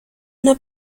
una